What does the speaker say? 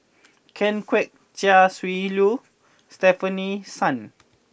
Ken Kwek Chia Shi Lu Stefanie Sun